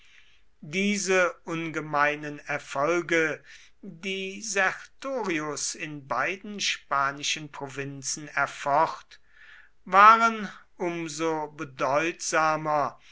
diese ungemeinen erfolge die sertorius in beiden spanischen provinzen erfocht waren im so bedeutsamer